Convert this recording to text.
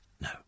No